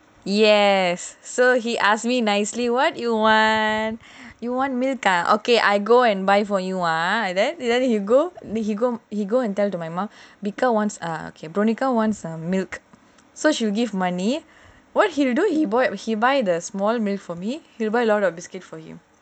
yes so he ask me nicely what you want and you want milk ah okay I go and buy for you ah then then he go then he go he go and tell to my mum bika wants ah milk so she'll give money what he do he will buy the small milk for me he will buy a lot of biscuit for him